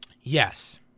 Yes